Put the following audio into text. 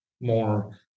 more